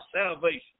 salvation